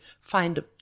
find